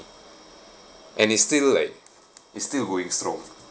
and it's still like it's still going strong